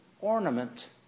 ornament